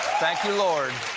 thank you, lord.